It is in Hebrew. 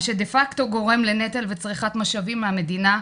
מה שדה פקטו גורם לנטל וצריכת משאבים מהמדינה,